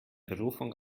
berufung